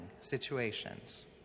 situations